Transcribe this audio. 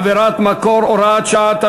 עבירת מקור) (הוראת שעה),